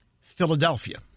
Philadelphia